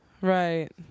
Right